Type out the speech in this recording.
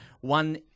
one